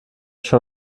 schon